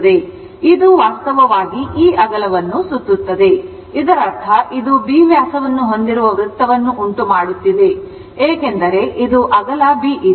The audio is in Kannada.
ಆದ್ದರಿಂದ ಇದು ವಾಸ್ತವವಾಗಿ ಈ ಅಗಲವನ್ನು ಸುತ್ತುತ್ತದೆ ಇದರರ್ಥ ಇದು B ವ್ಯಾಸವನ್ನು ಹೊಂದಿರುವ ವೃತ್ತವನ್ನು ಉಂಟುಮಾಡುತ್ತಿದೆ ಏಕೆಂದರೆ ಇದು ಅಗಲ B ಇದೆ